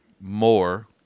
More